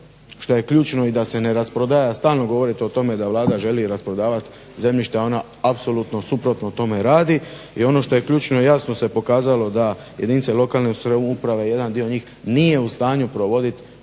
šta je ključno i da se ne rasprodaje, a stalno govorite o tome da Vlada želi rasprodavati zemljište. Ona apsolutno suprotno tome radi. I ono što je ključno i jasno se pokazalo da jedinice lokalne samouprave jedan dio njih nije u stanju provoditi